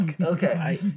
Okay